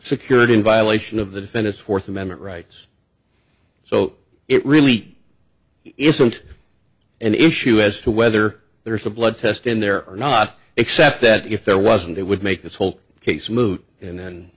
secured in violation of the defendant's fourth amendment rights so it really isn't an issue as to whether there's a blood test in there or not except that if there wasn't it would make this whole case moot and then